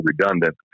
redundant